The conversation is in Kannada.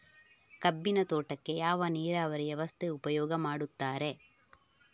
ಕಬ್ಬಿನ ತೋಟಕ್ಕೆ ಯಾವ ನೀರಾವರಿ ವ್ಯವಸ್ಥೆ ಉಪಯೋಗ ಮಾಡುತ್ತಾರೆ?